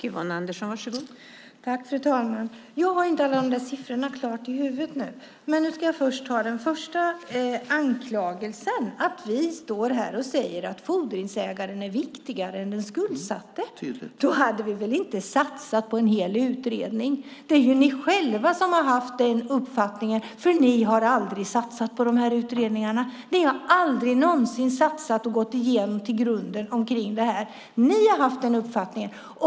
Fru talman! Jag har inte alla de där siffrorna i huvudet. Låt mig säga något om den första anklagelsen, nämligen att vi säger att fordringsägaren är viktigare än den skuldsatte. Då hade vi väl inte satsat på en hel utredning! Det är ni som har haft den uppfattningen, för ni har aldrig satsat på dessa utredningar. Ni har aldrig någonsin satsat och gått till grunden med detta. Ni har haft den uppfattningen.